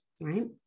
right